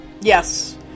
Yes